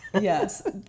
Yes